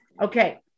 Okay